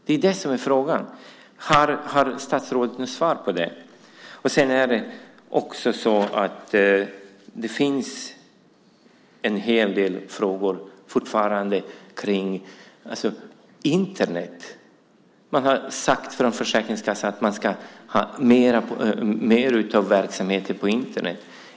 Det är det som är frågan. Har statsrådet något svar på det? Det finns fortfarande en hel del frågor också kring Internet. Man har från Försäkringskassan sagt att man ska ha mer av verksamheten på Internet.